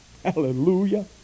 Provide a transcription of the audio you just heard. Hallelujah